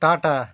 tata